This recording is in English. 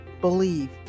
BELIEVE